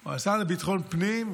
או השר לביטחון פנים,